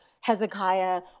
Hezekiah